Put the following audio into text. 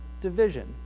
division